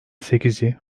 sekizi